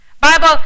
Bible